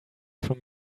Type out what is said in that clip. from